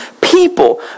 people